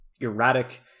erratic